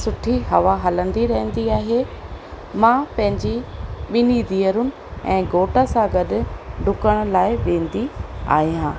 सुठी हवा हलंदी रहंदी आहे मां पंहिंजी ॿिनी धीअरूं ऐं घोट सां गॾु डुकण लाइ वेंदी आहियां